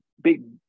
big